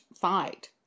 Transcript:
fight